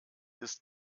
ist